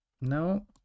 No